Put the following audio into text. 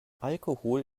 alkohol